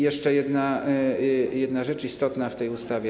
Jeszcze jedna rzecz istotna w tej ustawie.